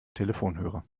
telefonhörer